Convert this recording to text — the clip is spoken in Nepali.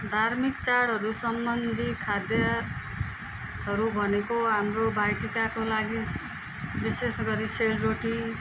धार्मिक चाडहरू सम्बन्धि खाद्यहरू भनेको हाम्रो भाइटिकाको लागि विशेष गरी सेलरोटी